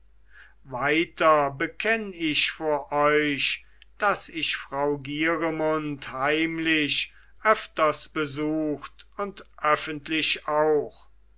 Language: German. weiter bekenn ich vor euch daß ich frau gieremund heimlich öfters besucht und öffentlich auch